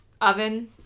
oven